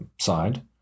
side